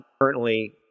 currently